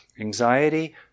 anxiety